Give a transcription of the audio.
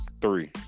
three